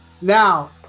now